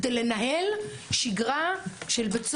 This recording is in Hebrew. כדי לנהל שגרה של בית סוהר.